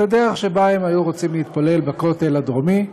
הדרך שבה הם היו רוצים להתפלל בכותל הדרומי.